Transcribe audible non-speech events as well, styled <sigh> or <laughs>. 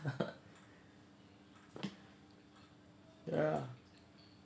<laughs> ya